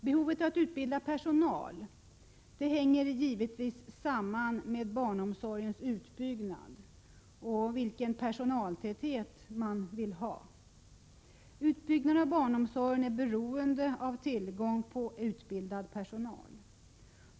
Behovet av att utbilda personal hänger givetvis samman med kraven på barnomsorgens utbyggnad och personaltätheten. Utbyggnaden av barnomsorgen är beroende av tillgången på utbildad personal.